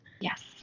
Yes